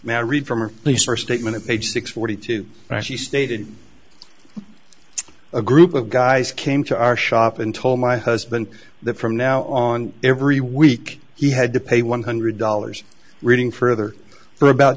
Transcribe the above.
married from her lease or statement of age six forty two actually stated a group of guys came to our shop and told my husband that from now on every week he had to pay one hundred dollars reading further for about